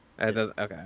Okay